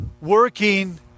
working